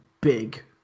big